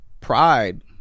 pride